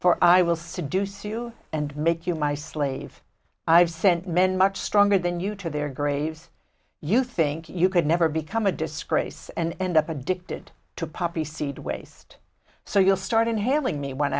for i will sit deuce you and make you my slave i've sent men much stronger than you to their graves you think you could never become a disgrace and end up addicted to poppyseed waste so you'll start inhaling me one